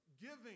giving